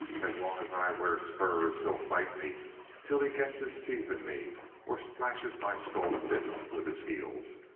as long as i wear spurs, he'll fight me till he gets his teeth in me or splashes my skull to bits with his heels.